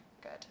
good